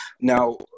Now